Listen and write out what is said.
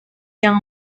yang